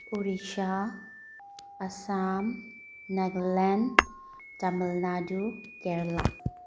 Orissa Assam Nagaland Tamil Nadu Kerala